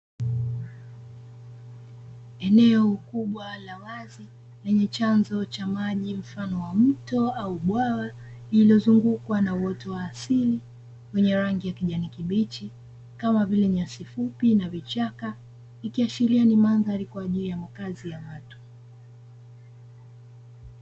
Eneo kubwa la wazi lenye chanzo cha maji mfano wa mto au bwawa lililozungukwa na uoto wa asili wenye rangi ya kijani kibichi kama vile nyasi fupi na vichaka, ikiashiria kuwa ni mandhari kwa ajili ya makazi ya watu.